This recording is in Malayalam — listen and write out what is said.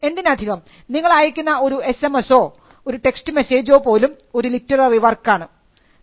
എന്തിനധികം നിങ്ങൾ അയക്കുന്ന ഒരു എസ് എം എസോ ഒരു ടെക്സ്റ്റ് മെസ്സേജോ പോലും ഒരു ലിറ്റററി വർക്ക് ആകാം